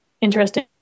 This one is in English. interesting